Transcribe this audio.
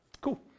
Cool